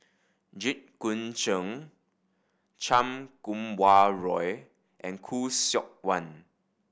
Jit Koon Ch'ng Chan Kum Wah Roy and Khoo Seok Wan